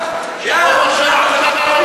כך,